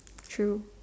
true